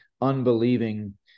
unbelieving